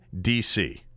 DC